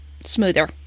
smoother